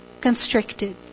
constricted